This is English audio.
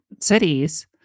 cities